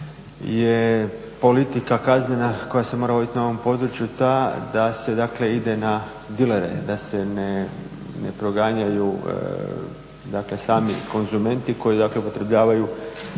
je politika kaznena koja se mora voditi na ovom području ta da se ide na dilere, da se ne proganjaju sami konzumenti koji upotrebljavaju